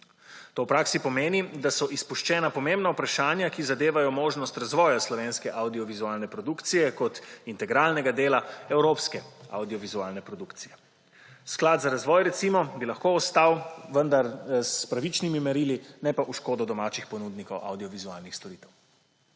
To v praksi pomeni, da so izpuščena pomembna vprašanja, ki zadevajo možnost razvoja slovenske avdiovizualne produkcije kot integralnega dela evropske avdiovizualne produkcije. Sklad za razvoj bi recimo lahko ostal, vendar s pravičnimi merili, ne pa v škodo domačih ponudnikov avdiovizualnih storitev.